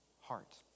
heart